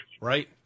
Right